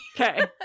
okay